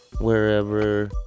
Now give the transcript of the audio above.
wherever